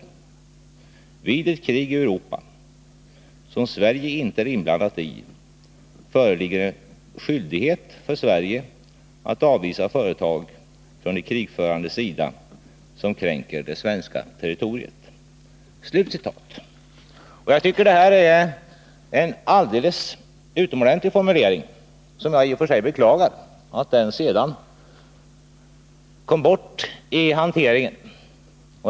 Vid ett krig i Europa som Sverige inte är inblandat i föreligger skyldighet för Sverige att avvisa företag från de krigförandes sida som kränker det svenska territoriet. Jag tycker att det här är en alldeles utomordentlig formulering, och jag beklagar att den sedan kom bort i hanteringen.